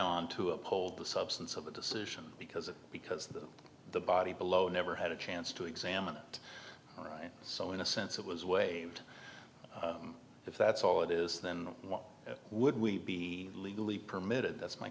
on to uphold the substance of the decision because of because the body below never had a chance to examine it so in a sense it was waived if that's all it is then what would we be legally permitted that's my